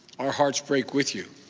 our hearts break with you.